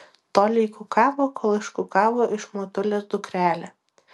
tolei kukavo kol iškukavo iš motulės dukrelę